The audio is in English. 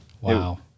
Wow